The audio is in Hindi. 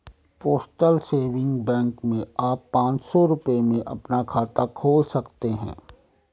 पोस्टल सेविंग बैंक में आप पांच सौ रूपये में अपना खाता खोल सकते हैं